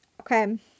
okay